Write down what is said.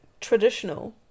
traditional